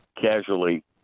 casually